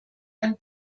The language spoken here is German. ein